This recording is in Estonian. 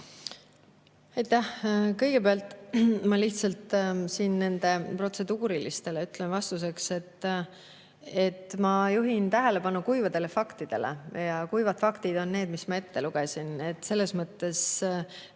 Aitäh! Kõigepealt ma lihtsalt ütlen nendele protseduurilistele vastuseks, et ma juhin tähelepanu kuivadele faktidele. Kuivad faktid on need, mis ma ette lugesin. Nendega ei